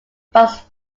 box